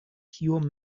pure